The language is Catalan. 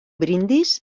brindis